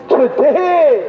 today